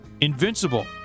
invincible